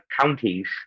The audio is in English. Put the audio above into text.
counties